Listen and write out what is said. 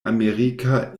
amerika